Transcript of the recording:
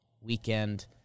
weekend